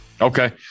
Okay